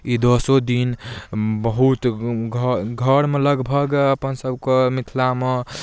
ई दसो दिन बहुत घर घरमे लगभग अपन सभके मिथिलामे